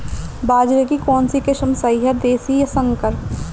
बाजरे की कौनसी किस्म सही हैं देशी या संकर?